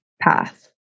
path